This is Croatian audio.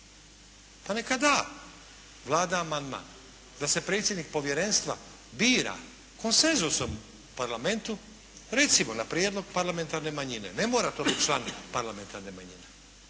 Pa neka da Vlada amandman da se predsjednik povjerenstva bira konsenzusom u Parlamentu, recimo na prijedlog parlamentarne manjine. Ne mora to biti …/Zbog buke